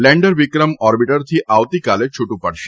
lander Vikram ઓર્બીટરથી આવતીકાલે છુટુ પડશે